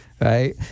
right